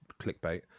clickbait